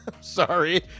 Sorry